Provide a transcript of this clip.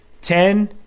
Ten